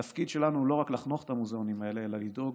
התפקיד שלנו הוא לא רק לחנוך את המוזיאונים האלה אלא לדאוג